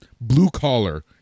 blue-collar